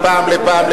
מפעם לפעם,